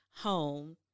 home